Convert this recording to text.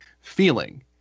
feeling